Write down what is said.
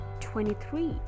twenty-three